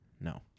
No